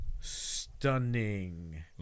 stunning